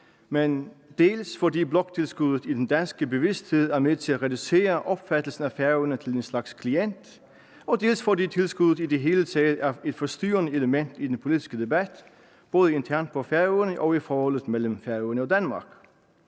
dels fordi bloktilskuddet i den danske bevidsthed er med til at reducere opfattelsen af Færøerne til en slags klient, dels fordi tilskuddet i det hele taget er et forstyrrende element i den politiske debat – både internt på Færøerne og i forholdet mellem Færøerne og Danmark.